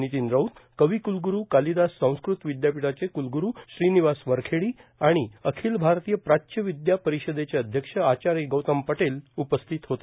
नितीन राऊत कविक्तुलगुरू कालिदास संस्कृत विद्यापीठाचे कुलगुरू श्रीनिवास वरखेडी आणि अखिल भारतीय प्राच्यविद्या परिषदेचे अध्यक्ष आचार्य गौतम पटेल उपस्थित होते